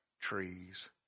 trees